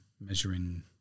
measuring